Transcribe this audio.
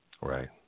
Right